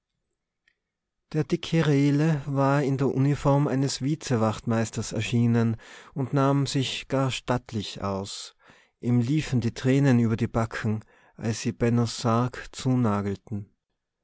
der dicke rehle war in der uniform eines vizewachtmeisters erschienen und nahm sich gar stattlich aus ihm liefen die tränen über die backen als sie bennos sarg